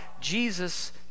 Jesus